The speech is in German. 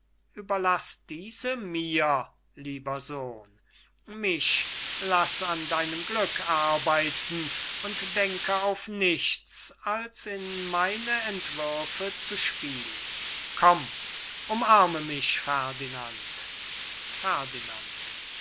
überlaß diese mir lieber sohn mich laß an deinem glück arbeiten und denke auf nichts als in meine entwürfe zu spielen komm umarme mich ferdinand